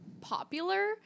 popular